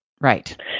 Right